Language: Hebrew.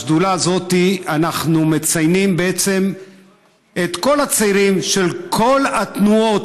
בשדולה הזאת אנחנו מציינים בעצם את כל הצעירים של כל התנועות,